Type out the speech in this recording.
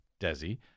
Desi